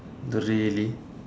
really